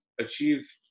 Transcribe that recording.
achieve